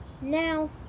now